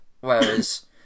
whereas